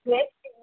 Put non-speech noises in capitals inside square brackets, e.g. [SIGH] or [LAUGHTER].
[UNINTELLIGIBLE]